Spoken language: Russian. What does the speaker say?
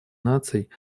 наций